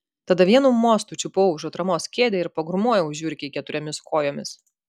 tada vienu mostu čiupau už atramos kėdę ir pagrūmojau žiurkei keturiomis kojomis